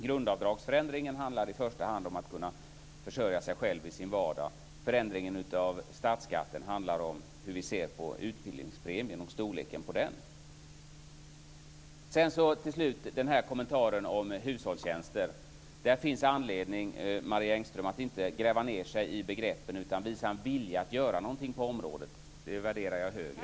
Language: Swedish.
Grundavdragsförändringen handlar i första hand om att kunna försörja sig själv i sin vardag. Förändringen av statsskatten handlar om hur vi ser på utbildningspremien och storleken på den. Till slut kommentaren om hushållstjänster. Här finns anledning, Marie Engström, att inte gräva ned sig i begreppen utan att visa en vilja på området. Det värderar jag högre.